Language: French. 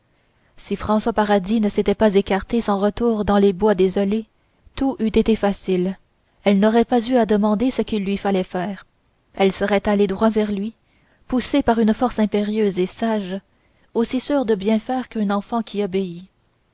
si françois paradis ne s'était pas écarté sans retour dans les bois désolés tout eût été facile elle n'aurait pas eu à se demander ce qu'il lui fallait faire elle serait allée droit vers lui poussée par une force impérieuse et sage aussi sûre de bien faire qu'une enfant qui